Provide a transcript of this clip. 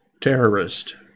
terrorist